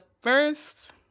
first